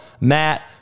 Matt